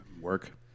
Work